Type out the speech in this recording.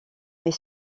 mais